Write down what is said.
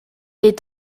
est